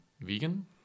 vegan